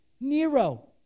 Nero